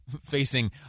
facing